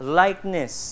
likeness